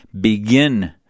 begin